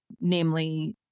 namely